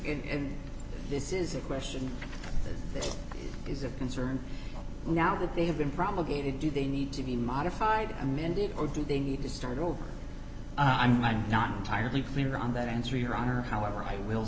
to and this is a question that is of concern now that they have been promulgated do they need to be modified amended or do they need to start over i'm not entirely clear on that answer your honor however i will